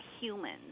humans